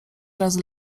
razy